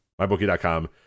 MyBookie.com